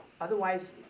otherwise